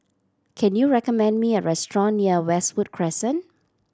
can you recommend me a restaurant near Westwood Crescent